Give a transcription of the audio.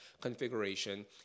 configuration